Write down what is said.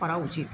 করা উচিত